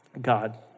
God